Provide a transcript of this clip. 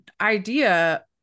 idea